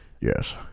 Yes